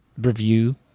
review